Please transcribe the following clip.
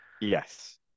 Yes